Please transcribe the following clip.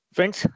Friends